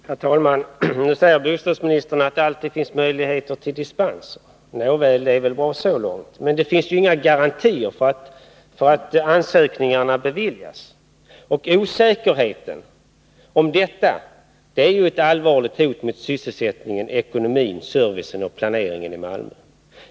Herr talman! Nu säger bostadsministern att det alltid finns möjligheter till dispens. Det är väl bra så långt, men det finns inga garantier för att ansökningarna beviljas. Osäkerheten härvidlag är ett allvarligt hot mot sysselsättningen, ekonomin, servicen och planeringen i Malmö.